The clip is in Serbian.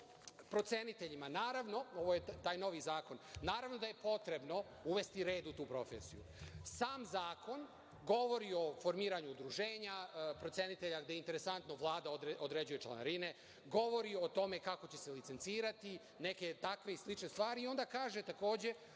proceniteljima, ovo je taj novi zakon, naravno da je potrebno uvesti red u tu profesiju. Sam zakon govori o formiranju udruženja procenitelja gde, interesantno, Vlada određuje članarine, govori o tome kako će se licencirati neke takve i slične stvari i onda kaže takođe